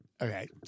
okay